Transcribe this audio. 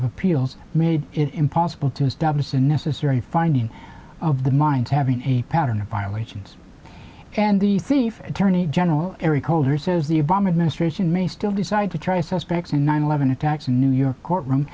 of appeals made it impossible to establish the necessary finding of the mind having a pattern of violations and the thief attorney general eric holder says the obama administration may still decide to try suspects in nine eleven attacks in new york court room